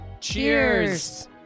cheers